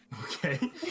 Okay